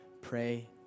Pray